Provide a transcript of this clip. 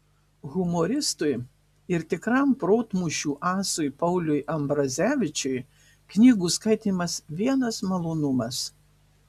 humoristui ir tikram protmūšių asui pauliui ambrazevičiui knygų skaitymas vienas malonumas